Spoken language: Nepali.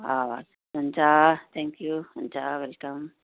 हवस् हुन्छ थ्याङ्कयू हुन्छ वेलकम